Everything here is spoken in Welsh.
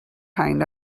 rhain